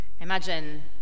imagine